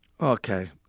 okay